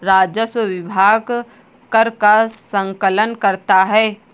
राजस्व विभाग कर का संकलन करता है